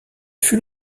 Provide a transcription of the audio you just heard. fut